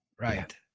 right